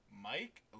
Mike